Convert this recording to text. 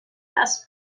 best